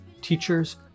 teachers